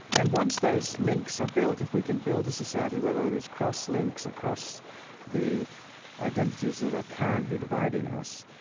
and once those links are built, if we could build a society where though these cross links across the identities that are currently dividing us,